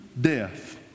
death